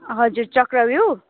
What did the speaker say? हजुर चक्रव्यूह